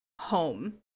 home